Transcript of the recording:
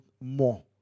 more